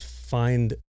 find